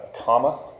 comma